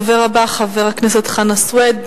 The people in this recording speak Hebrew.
הדובר הבא, חבר הכנסת חנא סוייד,